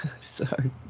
Sorry